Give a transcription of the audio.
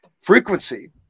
frequency